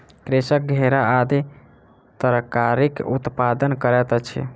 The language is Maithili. कृषक घेरा आदि तरकारीक उत्पादन करैत अछि